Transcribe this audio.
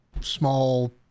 small